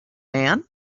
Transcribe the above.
man